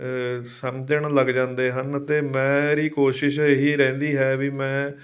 ਸਮਝਣ ਲੱਗ ਜਾਂਦੇ ਹਨ ਅਤੇ ਮੈਂ ਮੇਰੀ ਕੋਸ਼ਿਸ਼ ਇਹੀ ਰਹਿੰਦੀ ਹੈ ਵੀ ਮੈਂ